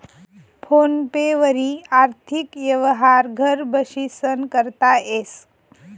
phone पे वरी आर्थिक यवहार घर बशीसन करता येस